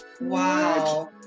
wow